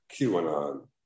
QAnon